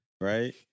right